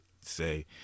say